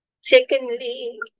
Secondly